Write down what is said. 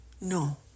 No